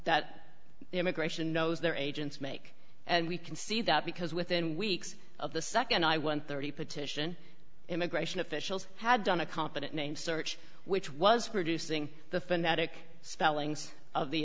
the immigration knows their agents make and we can see that because within weeks of the nd i won thirty petition immigration officials had done a competent name search which was producing the phonetic spelling of the